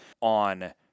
on